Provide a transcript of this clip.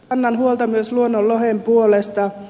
kannan huolta myös luonnonlohen puolesta